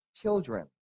children